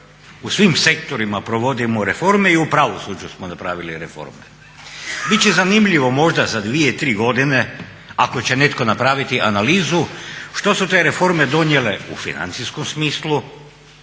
U svim sektorima provodimo reforme i u pravosuđu smo napravili reforme. Bit će zanimljivo možda za 2-3 godine ako će netko napraviti analizu što su te reforme donijele u financijskom smislu,